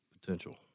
potential